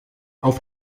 auf